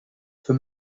for